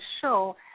show